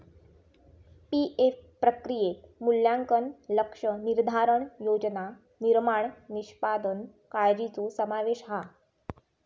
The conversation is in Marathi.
पी.एफ प्रक्रियेत मूल्यांकन, लक्ष्य निर्धारण, योजना निर्माण, निष्पादन काळ्जीचो समावेश हा